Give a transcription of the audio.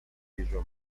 usual